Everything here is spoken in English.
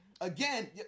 Again